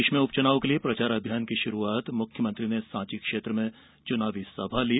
प्रदेश में उपच्यनाव के लिए प्रचार अभियान की शुरूआत मुख्यमंत्री ने सांची क्षेत्र में चुनावी सभा ली